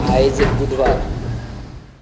आयज बुधवार